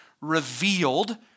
revealed